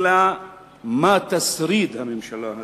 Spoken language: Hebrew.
אלא מה "תשריד" הממשלה הזאת.